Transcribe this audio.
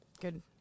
good